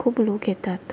खूब लोक येतात